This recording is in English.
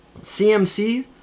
CMC